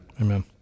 Amen